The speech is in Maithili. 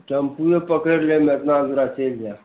टेम्पुये पकैड़ि लेब एतना दुरा चैलि जायब